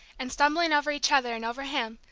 and stumbling over each other and over him,